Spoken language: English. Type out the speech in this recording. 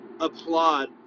applaud